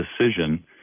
decision